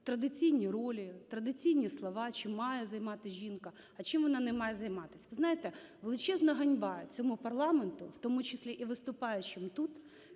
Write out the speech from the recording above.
традиційні ролі, традиційні слова, чим має займатись жінка, а чим вона не має займатись. Ви знаєте, величезна ганьба цьому парламенту, в тому числі і виступаючим тут,